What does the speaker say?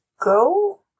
go